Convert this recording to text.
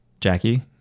Jackie